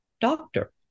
doctor